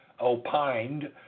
opined